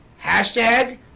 hashtag